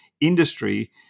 industry